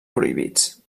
prohibits